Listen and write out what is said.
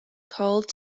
called